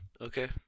Okay